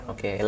Okay